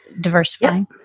diversifying